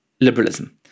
liberalism